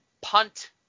punt